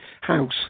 house